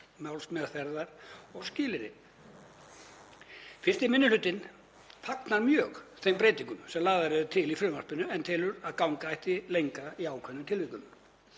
málsmeðferð og skilyrði. Fyrsti minni hluti fagnar mörgum þeim breytingum sem lagðar eru til í frumvarpinu en telur að ganga ætti lengra í ákveðnum tilvikum.